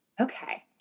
Okay